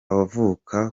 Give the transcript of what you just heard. avuka